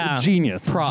genius